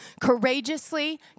courageously